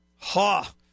Ha